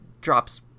drops